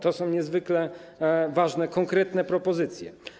To są niezwykle ważne, konkretne propozycje.